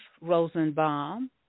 Rosenbaum